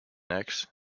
acts